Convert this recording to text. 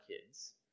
kids